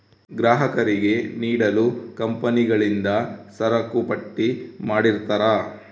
ಗ್ರಾಹಕರಿಗೆ ನೀಡಲು ಕಂಪನಿಗಳಿಂದ ಸರಕುಪಟ್ಟಿ ಮಾಡಿರ್ತರಾ